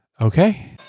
Okay